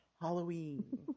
Halloween